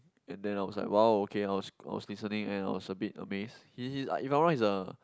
and then I was like !wow! okay I was I was listening and I was a bit amazed he he's like if I'm not wrong he's a